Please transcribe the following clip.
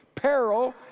Peril